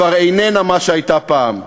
כבר איננה מה שהייתה פעם.